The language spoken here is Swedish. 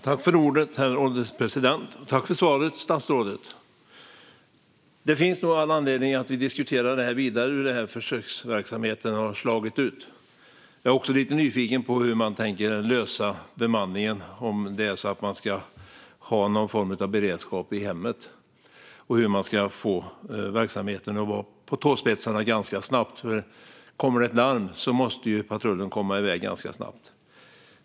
Herr ålderspresident! Tack för svaret, statsrådet! Det finns nog all anledning att diskutera vidare hur försöksverksamheten har slagit ut. Jag är lite nyfiken på hur man tänker lösa bemanningen. Ska man ha någon form av beredskap i hemmet? Hur ska man få dem i verksamheten att vara på tåspetsarna ganska snabbt? Kommer det ett larm måste ju patrullen komma iväg ganska snabbt.